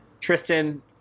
tristan